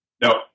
No